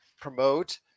promote